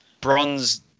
bronze